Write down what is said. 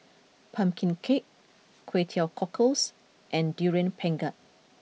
Pumpkin Cake Kway Teow Cockles and Durian Pengat